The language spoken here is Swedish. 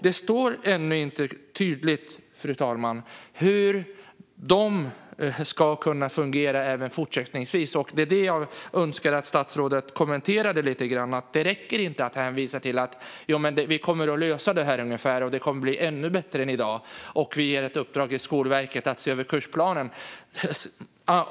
Det står ännu inte tydligt, fru talman, hur de skolorna ska kunna fungera fortsättningsvis. Det är det jag önskar att statsrådet kommenterar lite grann. Det räcker inte att hänvisa till att det här kommer att lösas och bli ännu bättre än i dag och att man ger ett uppdrag till Skolverket att se över kursplanen.